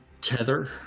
tether